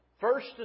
First